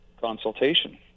consultation